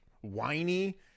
whiny